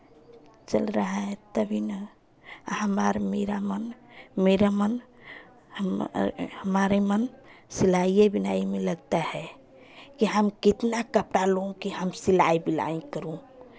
चल रहा है तभी ना मेरा मन मेरा मन हमारे मन सिलाइए बुनाइ में लगता है की हम कितना कपड़ा लूँ कि हम सिलाई बुनाई करूँ